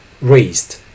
raised